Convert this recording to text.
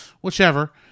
whichever